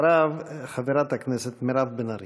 אחריו, חברת הכנסת מירב בן ארי.